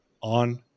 on